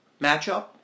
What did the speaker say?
matchup